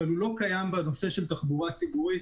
אבל הוא לא קיים בנושא של תחבורה ציבורית.